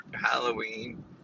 Halloween